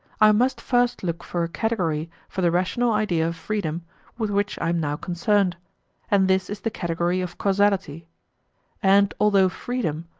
i must first look for a category for the rational idea of freedom with which i am now concerned and this is the category of causality and although freedom,